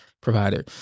provider